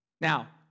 Now